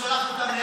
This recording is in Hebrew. ששולחת אותם,